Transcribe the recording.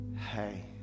Hey